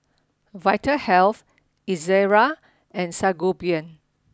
Vitahealth Ezerra and Sangobion